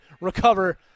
recover